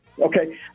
Okay